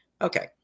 Okay